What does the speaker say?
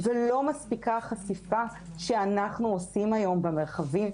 ולא מספיקה החשיפה שאנחנו עושים היום במרחבים,